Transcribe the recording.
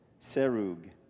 Serug